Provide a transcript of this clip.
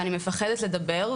ואני מפחדת לדבר,